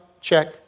check